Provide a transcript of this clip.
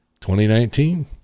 2019